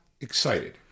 excited